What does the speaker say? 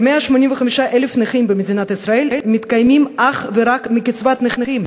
כ-185,000 נכים במדינת ישראל מתקיימים אך ורק מקצבת נכים.